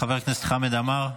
חבר הכנסת חמד עמאר.